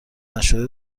نشده